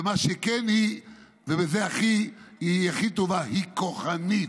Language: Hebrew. ומה שכן, ובזה היא הכי טובה, היא כוחנית.